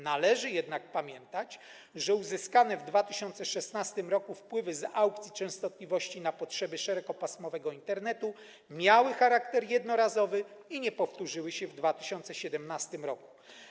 Należy jednak pamiętać, że uzyskane w 2016 r. wpływy z aukcji częstotliwości na potrzeby szerokopasmowego Internetu miały charakter jednorazowy i nie powtórzyły się w 2017 r.